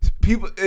people